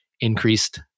increased